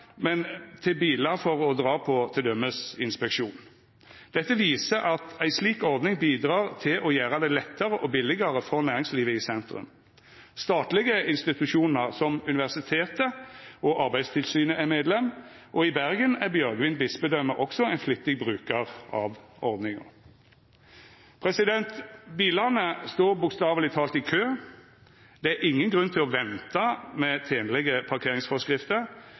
men bilar som ein brukar t.d. til å dra på inspeksjon. Dette viser at ei slik ordning bidrar til å gjera det lettare og billegare for næringslivet i sentrum. Statlege institusjonar som Universitetet i Bergen og Arbeidstilsynet er medlemer, og i Bergen er Bjørgvin bispedøme også ein flittig brukar av ordninga. Bilane står bokstaveleg talt i kø; det er ingen grunn til å venta med tenlege parkeringsforskrifter.